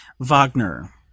Wagner